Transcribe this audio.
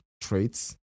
traits